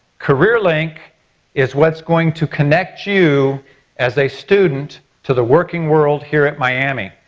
career link is what's going to connect you as a student to the working world here at miami.